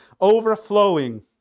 overflowing